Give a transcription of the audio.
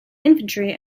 infantry